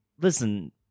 listen